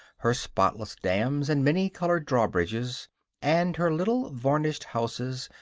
her spotless dams and many-coloured drawbridges and her little varnished houses,